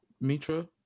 mitra